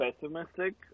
pessimistic